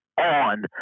on